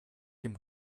dem